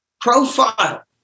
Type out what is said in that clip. profile